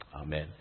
Amen